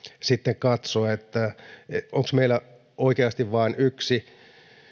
sitten katsoa onko meillä oikeasti vain yksi